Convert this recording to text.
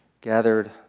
gathered